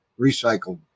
recycled